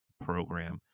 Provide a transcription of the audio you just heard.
program